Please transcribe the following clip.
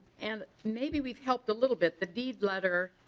and maybe we helped a little bit. the deed letter